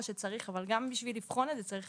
אבל גם בשביל לבחון את זה צריך